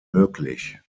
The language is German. möglich